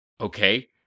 okay